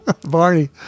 Barney